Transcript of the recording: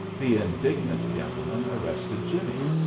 the indignant gentleman arrested jimmie.